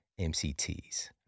MCTs